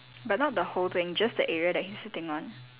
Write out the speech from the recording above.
but not the whole thing just the area that he's sitting on